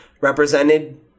represented